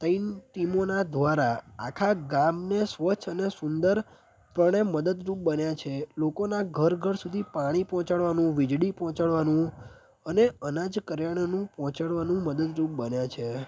ત્રણ ટીમોના દ્વારા આખા ગામને સ્વચ્છ અને સુંદરપણે મદદરૂપ બન્યા છે લોકોના ઘર ઘર સુધી પાણી પહોંચાડવાનું વીજળી પહોંચાડવાનું અને અનાજ કરિયાણાનું પહોંચાડવાનું મદદરૂપ બન્યા છે